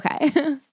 Okay